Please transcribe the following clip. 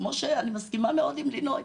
כמו שאני מסכימה מאוד עם לינוי,